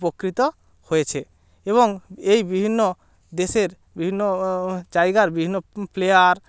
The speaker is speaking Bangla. উপকৃত হয়েছে এবং এই বিভিন্ন দেশের বিভিন্ন জায়গার বিভিন্ন প্লেয়ার